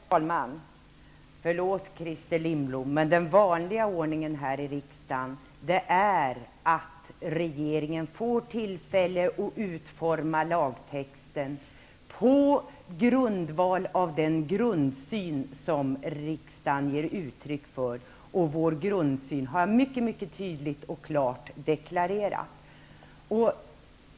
Herr talman! Förlåt, Christer Lindblom, men den vanliga ordningen här i riksdagen är att regeringen får tillfälle att utforma lagtexten på grundval av den grundsyn som riksdagen ger uttryck för. Vår grundsyn har mycket tydligt och klart deklarerats.